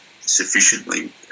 sufficiently